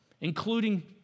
including